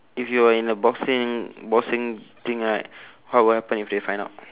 if you are in a boxing boxing thing right what will happen if they find out